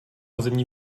zimní